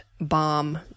bomb